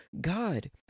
God